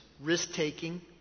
risk-taking